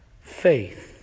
faith